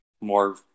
more